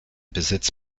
besitz